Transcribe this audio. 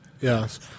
Yes